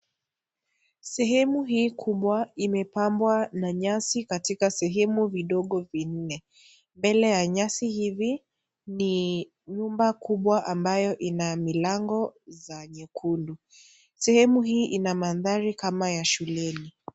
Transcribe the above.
Sehemu hii kubwa imepambwa na nyasi katika sehemu vidogo vinne, mbele ya nyasi hivi ni nyumba kubwa ambayo ina milango za rangi nyekundu, sehemu hii ina mandhari kama ya shuleni.